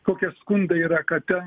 kokie skundai yra kad ten